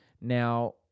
Now